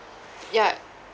ya